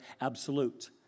absolute